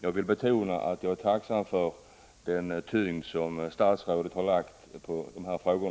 Jag vill emellertid betona att jag är tacksam för att statsrådet har lagt så stor vikt vid dessa frågor.